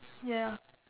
ya